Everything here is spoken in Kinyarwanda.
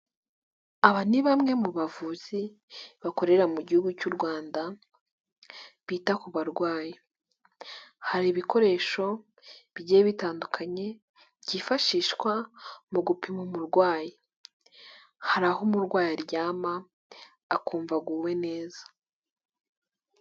Aba ni bamwe mu bavuzi bakorera mu gihugu cy'u Rwanda bita ku barwayi, hari ibikoresho bigiye bitandukanye byifashishwa mu gupima umurwayi, hari aho umurwayi aryama akumva aguwe neza.